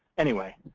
anyway,